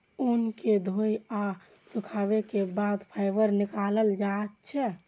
ऊन कें धोय आ सुखाबै के बाद फाइबर निकालल जाइ छै